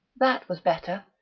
that was better!